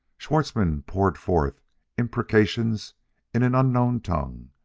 schwartzmann poured forth imprecations in an unknown tongue,